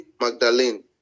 Magdalene